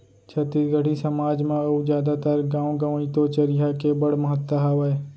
छत्तीसगढ़ी समाज म अउ जादातर गॉंव गँवई तो चरिहा के बड़ महत्ता हावय